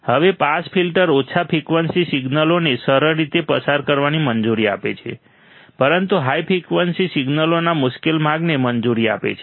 હવે pass filter ઓછા frequency સિગ્નલોને સરળ રીતે પસાર કરવાની મંજૂરી આપે છે પરંતુ હાઈ ફ્રિકવન્સી સિગ્નલોના મુશ્કેલ માર્ગને મંજૂરી આપે છે